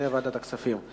לוועדת הכספים.